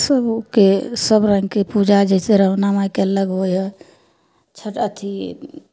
सबके सब रंगके पूजा जैसे राणा माइके अलग होइ हइ छठि अथी